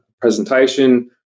presentation